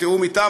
בתיאום אתם,